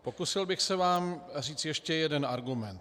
Pokusil bych se vám říci ještě jeden argument.